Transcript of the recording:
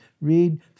read